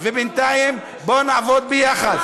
ובינתיים בואו נעבוד ביחד,